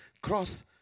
Cross